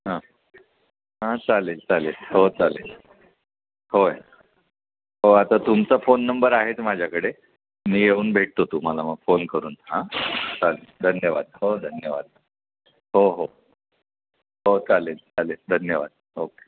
हां हां चालेल चालेल हो चालेल होय हो आता तुमचा फोन नंबर आहेच माझ्याकडे मी येऊन भेटतो तुम्हाला मग फोन करून हां चालेल धन्यवाद हो धन्यवाद हो हो हो चालेल चालेल धन्यवाद ओके